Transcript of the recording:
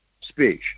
speech